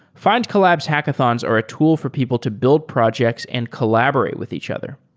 findcollabs hackathons are a tool for people to build projects and collaborate with each other.